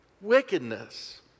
wickedness